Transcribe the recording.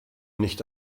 nicht